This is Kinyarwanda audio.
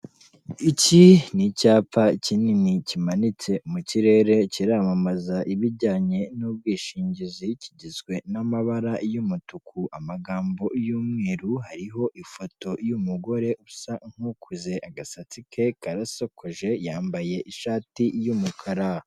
Iki ni icyapa kinini kimanitse mu kirere kiramamaza ibijyanye n'ubwishingizi, kigizwe n'amabara y'umutuku amagambo y'umweru. Hariho ifoto y'umugore usa nk'ukuze agasatsi ke karasokoje yambaye ishati y'umukara.